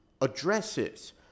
addresses